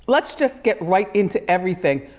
let's just get right into everything.